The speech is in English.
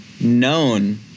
known